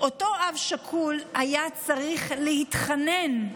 אותו אב שכול היה צריך להתחנן,